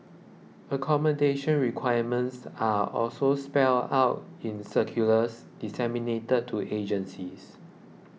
accommodation requirements are also spelt out in circulars disseminated to agencies